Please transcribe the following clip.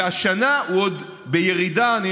והשנה הוא עוד בירידה גדולה,